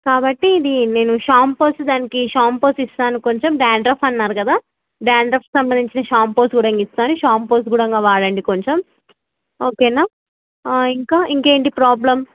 కాబట్టి ఇది నేను షాంపుస్ దానికి షాంపూస్ ఇస్తాను కొంచెం డాండ్రఫ్ అన్నారు కదా డాండ్రఫ్కి సంబంధించిన షాంపూస్ కూడా ఇస్తాను షాంపూస్ కూడంగా వాడండి కొంచెం ఓకేనా ఇంకా ఇంకేంటి ప్రాబ్లం